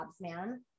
man